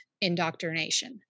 indoctrination